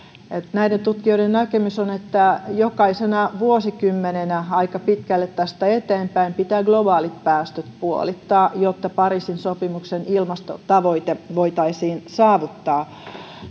näiden tutkijoiden näkemys on että jokaisena vuosikymmenenä aika pitkälle tästä eteenpäin pitää globaalit päästöt puolittaa jotta pariisin sopimuksen ilmastotavoite voitaisiin saavuttaa